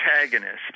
protagonist